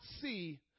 see